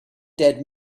dead